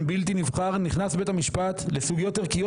בלתי נבחר נכנס בית המשפט לסוגיות ערכיות,